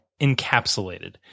encapsulated